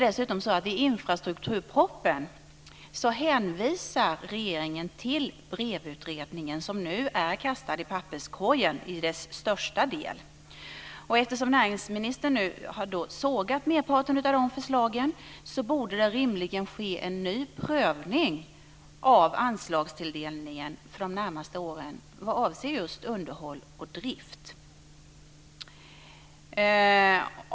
I infrastrukturpropositionen hänvisar regeringen till BREV-utredningen, som nu till största del är kastad i papperskorgen. Eftersom näringsministern har sågat merparten av förslagen borde rimligen en ny prövning ske av anslagstilldelningen för de närmaste åren vad avser just underhåll och drift.